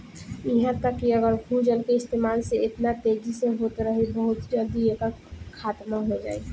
इहा तक कि अगर भूजल के इस्तेमाल एतना तेजी से होत रही बहुत जल्दी एकर खात्मा हो जाई